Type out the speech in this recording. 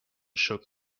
shook